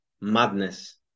Madness